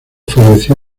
falleció